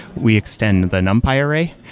we extend the numpy array,